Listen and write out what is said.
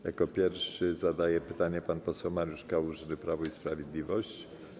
Jako pierwszy zadaje pytanie pan poseł Mariusz Kałużny, Prawo i Sprawiedliwość.